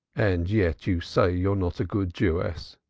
and yet you say you're not a good jewess,